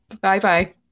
Bye-bye